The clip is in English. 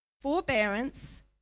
forbearance